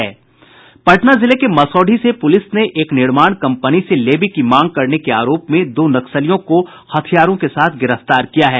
पटना जिले के मसौढ़ी से पुलिस ने एक निर्माण कंपनी से लेवी की मांग करने के आरोप में दो नक्सलियों को हथियार के साथ गिरफ्तार किया है